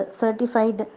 certified